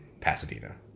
Pasadena